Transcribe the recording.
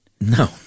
No